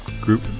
group